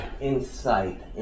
insight